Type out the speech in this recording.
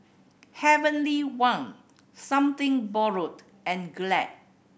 Heavenly Wang Something Borrowed and Glad